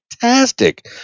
fantastic